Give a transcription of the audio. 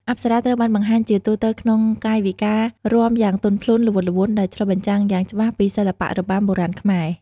អប្សរា ត្រូវបានបង្ហាញជាទូទៅក្នុង កាយវិការរាំយ៉ាងទន់ភ្លន់ ល្វត់ល្វន់ ដែលឆ្លុះបញ្ចាំងយ៉ាងច្បាស់ពីសិល្បៈរបាំបុរាណខ្មែរ។